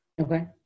Okay